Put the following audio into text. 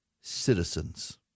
citizens